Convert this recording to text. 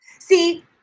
See